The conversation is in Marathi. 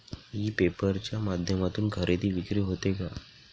ई पेपर च्या माध्यमातून खरेदी विक्री होते का?